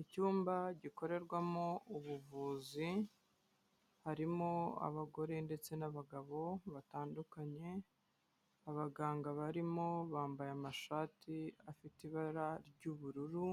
Icyumba gikorerwamo ubuvuzi, harimo abagore ndetse n'abagabo batandukanye, abaganga barimo bambaye amashati afite ibara ry'ubururu,